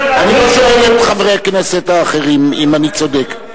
אני לא שואל את חברי הכנסת האחרים אם אני צודק.